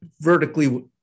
vertically